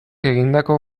egindako